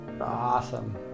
Awesome